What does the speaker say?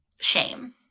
shame